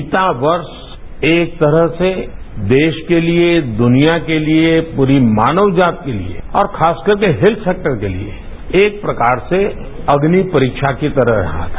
बीता वर्ष एक तरह से देश के लिए दुनिया के लिए पूरी मानव जाति के लिए और खासकर के हेल्थ सेक्टर के लिए एक प्रकार से अग्नि परीक्षा की तरह रहा है